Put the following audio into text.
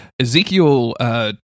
Ezekiel